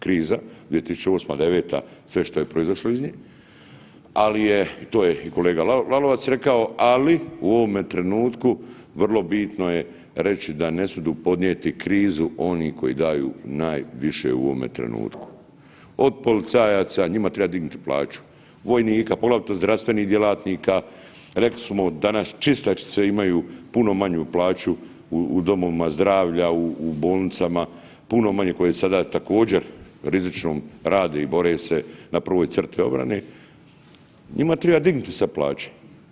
Kriza, 2008., '09., sve što je proizašlo iz nje, ali je to je i kolega Lalovac rekao, ali u ovome trenutku vrlo bitno je reći da ne smidu podnijeti krizu oni koji daju najviše u ovome trenutku od policajaca, njima treba dignuti plaću, vojnika, poglavito zdravstvenih djelatnika, rekli smo danas čistačice imaju puno manju plaću u domovima zdravlja, u bolnicama, puno manje koje sada također rizično rade i bore se na prvoj crti obrane, njima triba dignuti sad plaće.